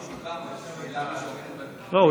לא.